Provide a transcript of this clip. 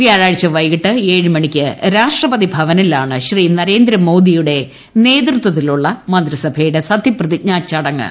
വ്യാഴാഴ്ച വൈകിട്ട് ഏഴ് മണിയ്ക്ക് രാഷ്ട്രപതി ഭവനിലാണ് ശ്രീ നരേന്ദ്രമോദിയുടെ നേതൃത്വത്തിലുള്ള മന്ത്രിസഭയുടെ സത്യപ്രതിജ്ഞാ ചടങ്ങ്